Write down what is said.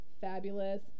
fabulous